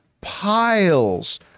piles